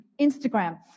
Instagram